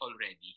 already